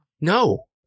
No